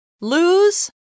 Lose